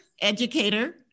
educator